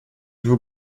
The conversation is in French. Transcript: vous